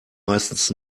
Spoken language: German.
meistens